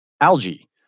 algae